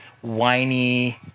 whiny